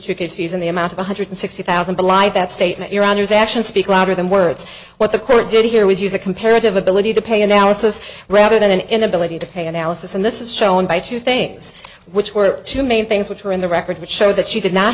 because he's in the amount of one hundred sixty thousand belie that statement your honor his actions speak louder than words what the court did here was use a comparative ability to pay analysis rather than an inability to pay analysis and this is shown by two things which were two main things which are in the record which show that she did not